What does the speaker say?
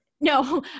No